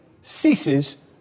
ceases